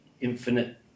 infinite